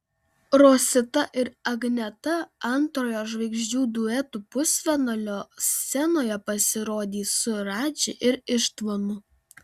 rosita ir agneta antrojo žvaigždžių duetų pusfinalio scenoje pasirodys su radži ir ištvanu